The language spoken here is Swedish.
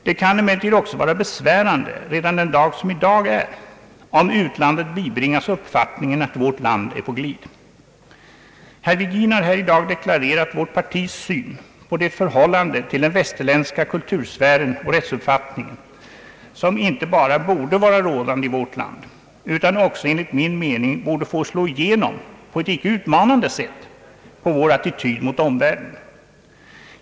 Det kan emellertid också vara besvärande redan den dag som i dag är, om utlandet bibringas den uppfattningen att vårt land är på glid. Herr Virgin har här i dag deklarerat vårt partis syn på dess förhållande till den västerländska kultursfären och rättsuppfattningen, som inte bara borde vara rådande i vårt land utan också enligt min mening borde få slå igenom, på ett icke utmanande sätt, i vår attityd mot omvärlden.